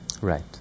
right